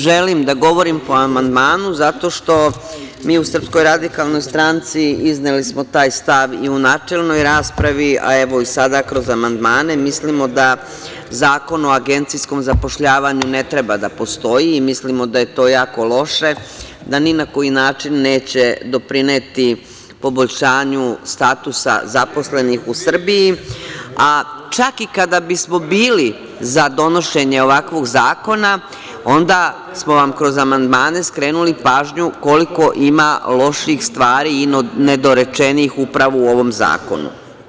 Želim da govorim po amandmanu zato što mi u SRS, izneli smo taj stav i u načelnoj raspravi, a evo i sada kroz amandmane, mislimo da Zakon o agencijskom zapošljavanju ne treba da postoji i mislimo da je to jako loše, da ni na koji način neće doprineti poboljšanju statusa zaposlenih u Srbiji, a čak i kada bismo bili za donošenje ovakvog zakona, onda smo vam kroz amandmane skrenuli pažnju koliko ima loših stvari i nedorečenih, upravo u ovom zakonu.